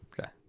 Okay